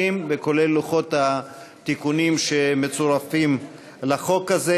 150 וכולל לוחות התיקונים שמצורפים לחוק הזה,